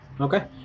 Okay